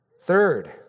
Third